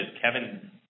Kevin